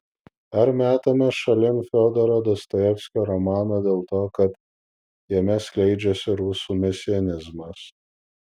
ar metame šalin fiodoro dostojevskio romaną dėl to kad jame skleidžiasi rusų mesianizmas